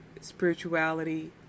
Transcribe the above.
spirituality